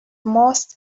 most